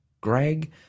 Greg